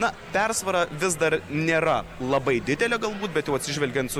na persvara vis dar nėra labai didelė galbūt bent jau atsižvelgiant su